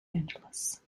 angeles